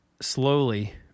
Slowly